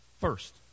First